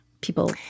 People